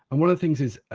and one of the things is,